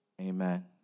amen